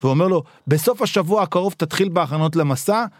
ואומר לו "בסוף השבוע הקרוב תתחיל בהכנות למסע".